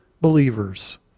believers